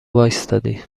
واستادی